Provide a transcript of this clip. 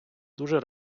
дуже